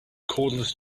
cordless